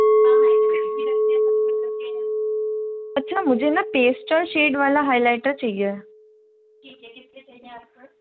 अच्छा मुझे ना पेस्टल शीट वाला हाइलाइटर चाहिए ठीक है कितने चाहिए आपको